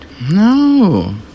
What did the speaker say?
No